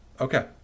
Okay